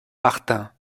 martin